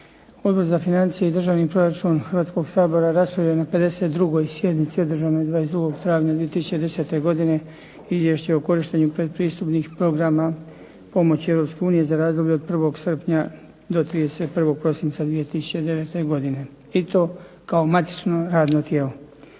Odbor za financije i državni proračun Hrvatskoga sabora raspravio je na 52. sjednici održanoj 22. travnja 2010. godine Izvješće o korištenju pretpristupnih programa pomoći Europske unije za razdoblje od 1. srpnja do 31. prosinca 2009. godine i to kao matično radno tijelo.